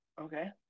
okay